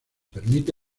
permite